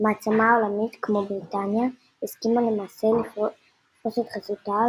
מעצמה עולמית כמו בריטניה הסכימה למעשה לפרוש את חסותה